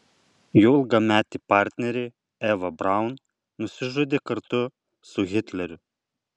jo ilgametė partnerė eva braun nusižudė kartu su hitleriu